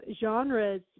genres